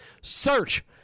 Search